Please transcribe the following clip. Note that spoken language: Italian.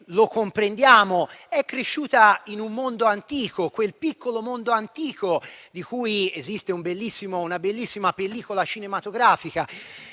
lo comprendiamo - è cresciuta in un mondo antico, quel piccolo mondo antico di cui esiste una bellissima pellicola cinematografica,